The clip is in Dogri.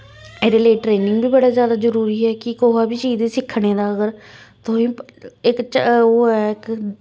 एह्दे लेई ट्रेनिंग बी बड़ा जादा जरूरी ऐ कि कुसै बी चीज़ गी सिक्खने दा अगर तुसें इक ओह् ऐ इक